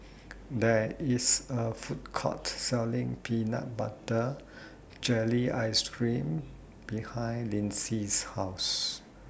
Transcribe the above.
There IS A Food Court Selling Peanut Butter Jelly Ice Cream behind Linsey's House